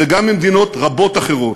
וגם במדינות רבות אחרות.